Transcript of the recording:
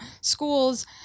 schools